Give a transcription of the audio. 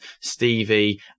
Stevie